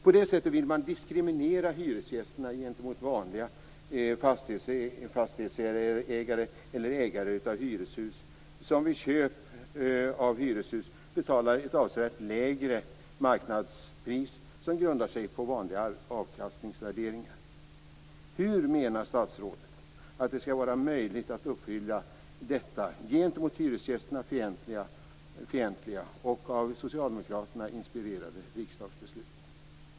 På det sättet vill man diskriminera hyresgästerna gentemot vanliga fastighetsägare eller ägare av hyreshus, vilka vid köp av hyreshus betalar ett avsevärt lägre marknadspris som grundar sig på vanliga avkastningsvärderingar. Hur menar statsrådet att det skall vara möjligt att uppfylla detta gentemot hyresgästerna fientliga och av Socialdemokraterna inspirerade riksdagsbeslut?